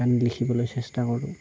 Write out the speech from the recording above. গান লিখিবলৈ চেষ্টা কৰোঁ